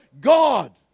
God